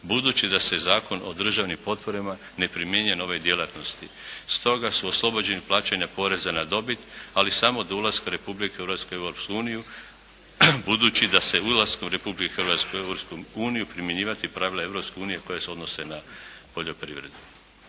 budući da se Zakon o državnim potporama ne primjenjuje na ove djelatnosti. Stoga su oslobođeni plaćanja poreza na dobit, ali samo do ulaska Republike, ulaska u Europsku uniju budući da se ulaskom Republike Hrvatske u Europsku uniju primjenjivati pravila Europske unije koja se odnose na poljoprivredu.